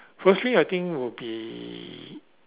firstly I think would be